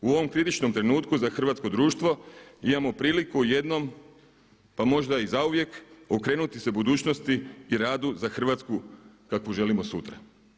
U ovom kritičkom trenutku za hrvatsko društvo imamo priliku jednom pa možda i zauvijek, okrenuti se budućnosti i radu za Hrvatsku kakvu želimo sutra.